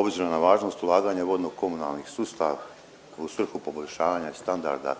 Obzirom na važnost ulaganja vodno-komunalni sustav u svrhu poboljšanja standarda